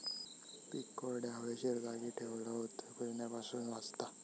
पीक कोरड्या, हवेशीर जागी ठेवलव तर कुजण्यापासून वाचता